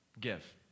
give